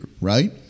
right